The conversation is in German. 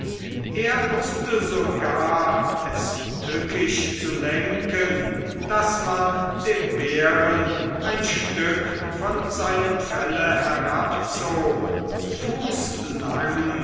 er wußte sogar es tückisch zu lenken daß man dem bären ein stück von seinem felle herabzog fußlang